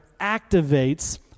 activates